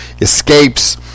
escapes